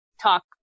talk